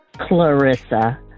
Clarissa